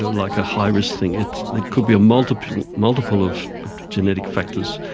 so like a high risk thing. it like could be a multiple multiple of genetic factors.